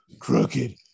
crooked